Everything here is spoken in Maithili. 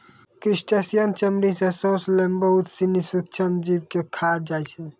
क्रेस्टिसियन चमड़ी सें सांस लै में बहुत सिनी सूक्ष्म जीव के खाय जाय छै